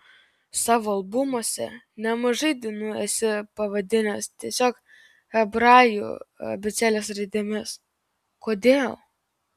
savo albumuose nemažai dainų esi pavadinęs tiesiog hebrajų abėcėlės raidėmis kodėl